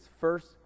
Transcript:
first